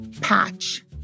patch